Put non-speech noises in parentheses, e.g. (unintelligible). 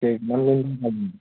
(unintelligible)